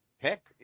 Heck